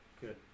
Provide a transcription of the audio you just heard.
good